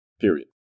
period